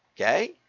Okay